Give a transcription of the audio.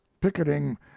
picketing